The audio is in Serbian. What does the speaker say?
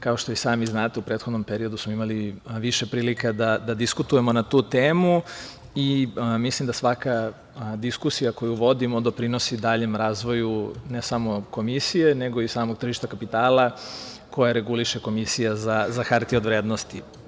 Kao što i sami znate, u prethodnom periodu smo imali više prilika da diskutujemo na tu temu i mislim da svaka diskusija koju vodimo doprinosi daljem razvoju ne samo Komisije, nego i samog tržišta kapitala koje reguliše Komisija za HOV.